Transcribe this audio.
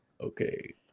okay